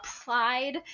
applied